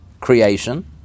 creation